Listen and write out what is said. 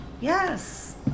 Yes